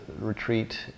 retreat